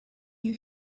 you